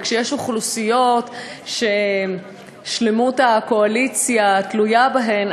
וכשיש אוכלוסיות ששלמות הקואליציה תלויה בהן,